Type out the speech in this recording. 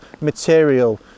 material